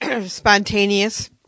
spontaneous